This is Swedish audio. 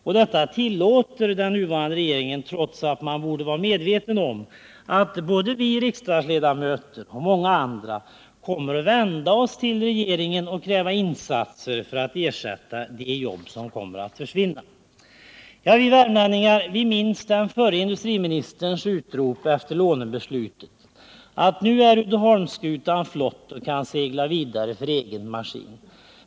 Och detta tillåter den nuvarande regeringen, trots att man borde vara medveten om att både vi riksdagsledamöter och många andra kommer att vända oss till regeringen och kräva insatser för att ersätta de jobb som kommer att försvinna. Vi värmlänningar minns den förre industriministerns utrop efter lånebeslutet om att ”nu är Uddeholmsskutan flott och kan segla vidare för egen maskin”.